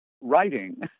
writing